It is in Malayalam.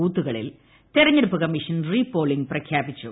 ബൂത്തുകളിൽ തെരഞ്ഞെടുപ്പ് കമ്മീഷൻ റീപോളിംഗ് പ്രഖ്യാപിച്ചു